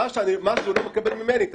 מה שהוא לא מקבל ממני,